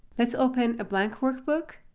let's open a blank workbook.